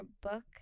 book